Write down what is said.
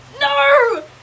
no